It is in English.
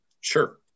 Sure